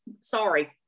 sorry